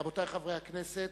רבותי חברי הכנסת,